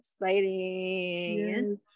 exciting